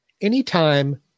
Anytime